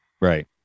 Right